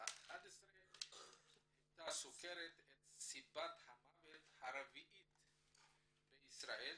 2011 היוותה הסוכרת את סיבת המוות הרביעית בישראל,